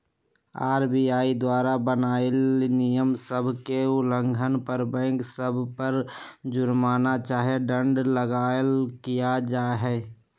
RBI द्वारा बनाएल नियम सभ के उल्लंघन पर बैंक सभ पर जुरमना चाहे दंड लगाएल किया जाइ छइ